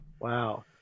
Wow